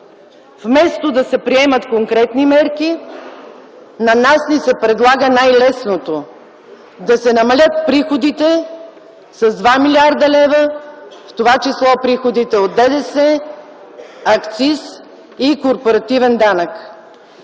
Вместо да се приемат конкретни мерки, на нас ни се предлага най-лесното – да се намалят приходите с 2 млрд. лв., в това число приходите от ДДС, акциз и корпоративен данък.